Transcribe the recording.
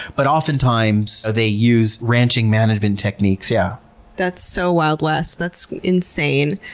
but oftentimes, they use ranching management techniques. yeah that's so wild west. that's insane.